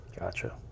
Gotcha